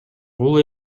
бул